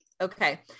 Okay